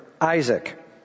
Isaac